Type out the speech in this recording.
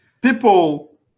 People